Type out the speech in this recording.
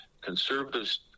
conservatives